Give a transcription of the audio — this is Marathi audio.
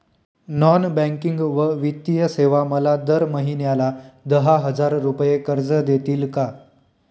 नॉन बँकिंग व वित्तीय सेवा मला दर महिन्याला दहा हजार रुपये कर्ज देतील का?